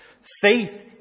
faith